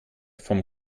vom